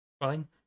Fine